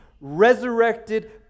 resurrected